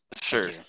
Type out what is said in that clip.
Sure